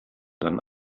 dann